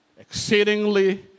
Exceedingly